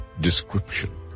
description